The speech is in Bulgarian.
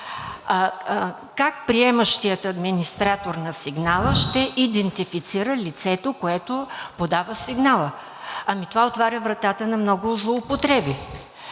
как приемащият администратор на сигнала ще идентифицира лицето, което подава сигнала? Ами това отваря вратата на много злоупотреби.